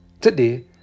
Today